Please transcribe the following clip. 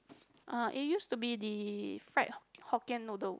ah it used to be the fried Hokkien noodles